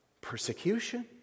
Persecution